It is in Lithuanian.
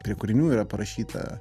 prie kūrinių yra parašyta